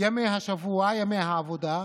ימי השבוע, ימי העבודה,